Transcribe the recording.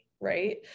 Right